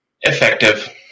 Effective